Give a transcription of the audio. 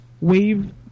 wave